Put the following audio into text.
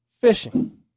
Fishing